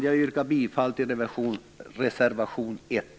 Jag yrkar bifall till reservation 1.